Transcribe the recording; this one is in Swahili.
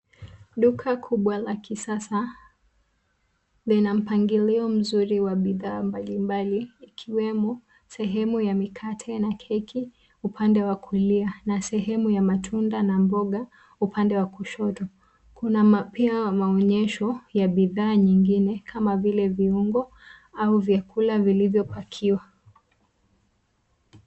Duka kubwa la kisasa, lina mpangilio mzuri wa bidhaa mbali mbali, ikiwemo sehemu ya mikate na keki upande wa kulia na sehemu ya matunda na mboga upande wa kushoto. Kuna ma pia maonyesho ya bidhaa nyingine kama vile viungo au vyakula vilivyo pakiwa.